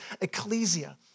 ecclesia